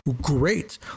great